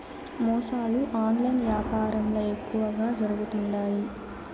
మోసాలు ఆన్లైన్ యాపారంల ఎక్కువగా జరుగుతుండాయి